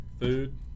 Food